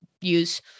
use